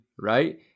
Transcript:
right